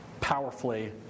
powerfully